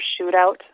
Shootout